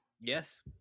Yes